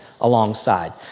alongside